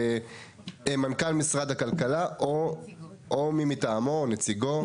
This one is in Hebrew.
מנכ"ל משרד הכלכלה או מי מטעמו או נציגו.